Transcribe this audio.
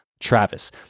Travis